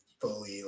fully